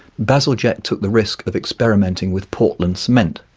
bazalgette took the risk of experimenting with portland cement,